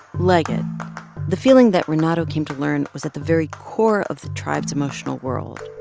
liget the feeling that renato came to learn was at the very core of the tribe's emotional world.